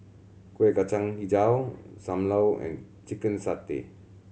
Kueh Kacang Hijau Sam Lau and chicken satay